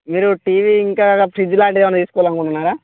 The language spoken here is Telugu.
మీరు టీవీ ఇంకా ఫ్రిడ్జ్ లాంటిది ఏమన్నా తీసుకోవాలనుకుంటున్నారా